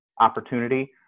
opportunity